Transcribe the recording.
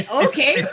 okay